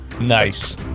nice